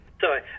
sorry